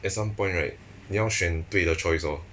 at some point right 你要选对的 choice lor